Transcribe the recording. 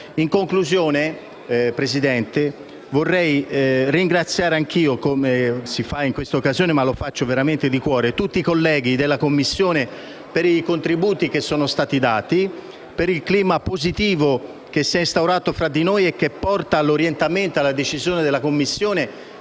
In conclusione, Presidente, vorrei ringraziare anch'io, come si fa in queste occasioni (ma lo faccio veramente di cuore), tutti i colleghi della Commissione per i contributi che sono stati dati, per il clima positivo che si è instaurato tra di noi, che ha portato alla decisione della Commissione